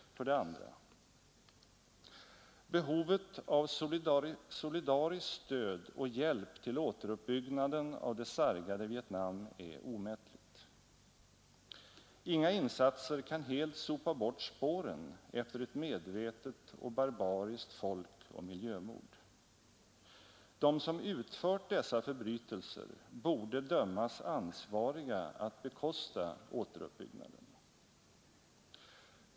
För det andra: Behovet av solidariskt stöd och hjälp till återuppbyggnaden av det sargade Vietnam är omättligt. Inga insatser kan helt sopa bort spåren efter ett medvetet och barbariskt folkoch miljömord. De som utfört dessa förbrytelser borde kunna dömas ansvariga att bekosta återuppbyggnaden.